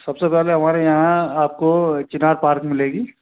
सब से पहले हमारे यहाँ आपको चिनार पार्क मिलेगा